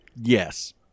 yes